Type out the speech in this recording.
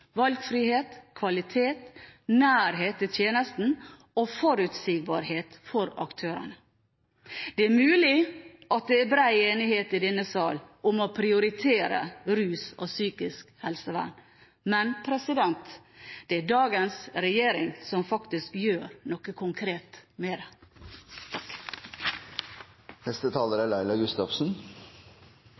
valgfrihet, kvalitet, nærhet til tjenestene og forutsigbarhet for aktørene. Det er mulig at det er bred enighet i denne sal om å prioritere rus og psykisk helsevern, men det er dagens regjering som faktisk gjør noe konkret med det. Ruspasienter som er